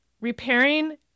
repairing